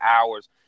hours